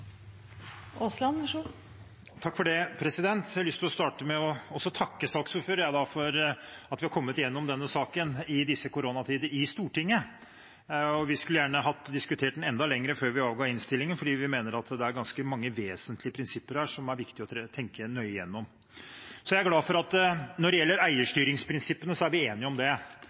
har kommet igjennom denne saken i disse koronatider i Stortinget. Vi skulle gjerne ha diskutert den enda lenger før vi avga innstillingen, for vi mener det er ganske mange vesentlige prinsipper her som det er viktig å tenke nøye igjennom. Jeg er glad for at vi er enige når det gjelder eierstyringsprinsippene. Det kommer veldig klart til uttrykk, ikke bare gjennom denne innstillingen, men også gjennom den – skal vi si – tradisjonen Stortinget har i tilknytning til å behandle eierskapsmeldinger i den formen vi nå har funnet. Men når det